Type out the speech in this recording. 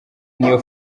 niyo